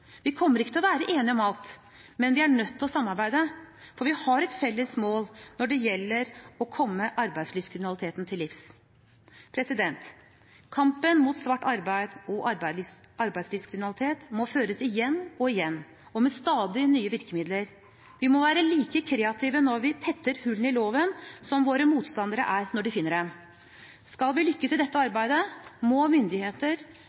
Vi kommer ikke til å være enige om alt, men vi er nødt til å samarbeide, for vi har et felles mål om å komme arbeidslivskriminaliteten til livs. Kampen mot svart arbeid og arbeidslivskriminalitet må føres igjen og igjen – og med stadig nye virkemidler. Vi må være like kreative når vi tetter hull i loven, som våre motstandere er når de finner dem. Skal vi lykkes i dette arbeidet, må myndigheter,